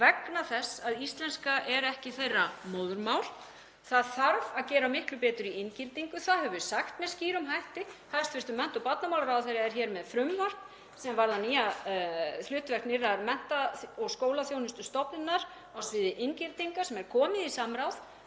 vegna þess að íslenska er ekki þeirra móðurmál. Það þarf að gera miklu betur í inngildingu. Það höfum við sagt með skýrum hætti. Hæstv. mennta- og barnamálaráðherra er hér með frumvarp sem varðar hlutverk nýrrar mennta- og skólaþjónustustofnunar á sviði inngildingar sem er komið í samráð